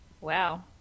Wow